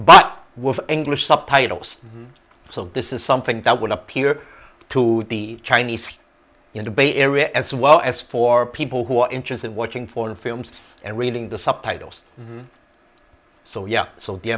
but with english subtitles so this is something that would appear to be chinese here in the bay area as well as for people who are interested watching foreign films and reading the subtitles so yeah so the